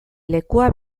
lekua